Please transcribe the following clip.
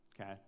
okay